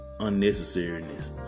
unnecessariness